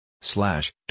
Slash